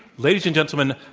ladies and gentlemen,